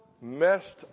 messed